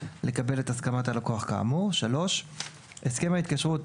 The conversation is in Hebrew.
לקבל את הסכמת הלקוח כאמור; הסכם ההתקשרות